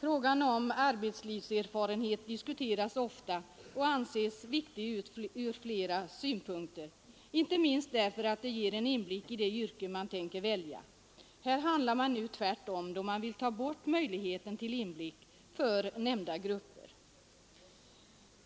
Frågan om arbetslivserfarenhet diskuteras ofta och anses viktig ur flera synpunkter, inte minst därför att sådan erfarenhet ger en inblick i det yrke man tänker välja. Här handlar man nu tvärtom, då man vill ta bort möjligheten till inblick för nämnda grupper.